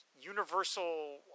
universal